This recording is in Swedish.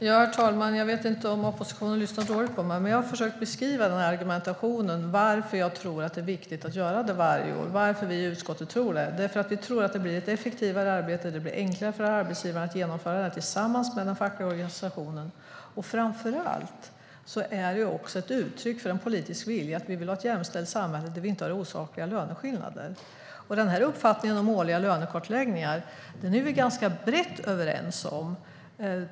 Herr talman! Jag vet inte om oppositionen lyssnar dåligt på mig, men jag har försökt beskriva argumentationen. Varför tror jag och vi i utskottet att det är viktigt att göra detta varje år? Jo, det är för att vi tror att det blir ett effektivare arbete och att det blir enklare för arbetsgivarna att genomföra det här tillsammans med den fackliga organisationen. Framför allt är det ett uttryck för en politisk vilja. Vi vill ha ett jämställt samhälle utan osakliga löneskillnader. Vår uppfattning om årliga lönekartläggningar är vi ganska brett överens om.